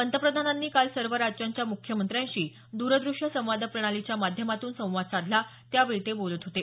पंतप्रधानांनी काल सर्व राज्यांच्या मुख्यमंत्र्यांशी द्रदृश्य संवाद प्रणालीच्या माध्यमातून संवाद साधला त्यावेळी ते बोलत होते